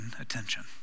attention